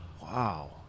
Wow